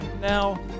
Now